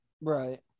Right